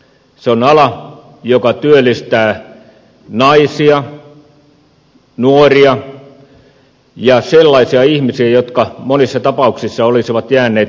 se on ala joka työllistää naisia nuoria ja sellaisia ihmisiä jotka monissa tapauksissa olisivat jääneet työmarkkinoitten ulkopuolelle